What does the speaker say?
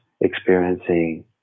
experiencing